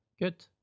good